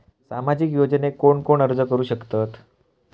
सामाजिक योजनेक कोण कोण अर्ज करू शकतत?